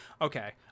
okay